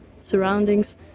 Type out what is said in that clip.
surroundings